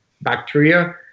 bacteria